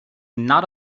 not